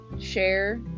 share